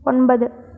ஒன்பது